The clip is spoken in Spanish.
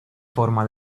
forma